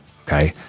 Okay